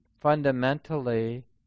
fundamentally